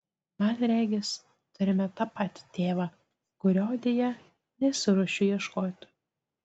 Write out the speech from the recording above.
man regis turime tą patį tėvą kurio deja nesiruošiu ieškoti